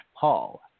Paul